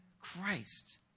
Christ